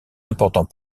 important